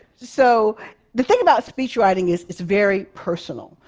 so the thing about speech writing is, it's very personal.